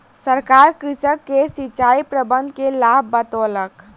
सरकार कृषक के सिचाई प्रबंधन के लाभ बतौलक